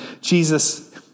Jesus